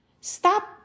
Stop